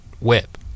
whip